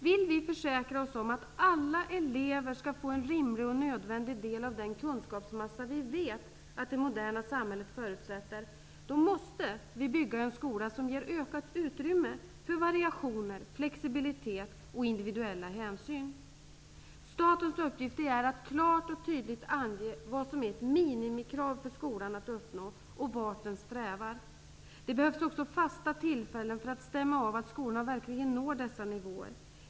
Vill vi försäkra oss om att alla elever skall få en rimlig och nödvändig del av den kunskapsmassa vi vet att det moderna samhället förutsätter, måste vi bygga en skola som ger ökat utrymme för variationer, flexibilitet och individuella hänsyn. Statens uppgift är att klart och tydligt ange vad som är ett minimikrav för skolan att uppnå och vart den bör sträva. Det behövs också fasta tillfällen för att stämma av att skolorna verkligen når dessa nivåer.